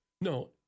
no